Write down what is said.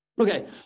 Okay